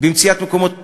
במציאת מקומות תחליפיים,